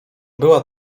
była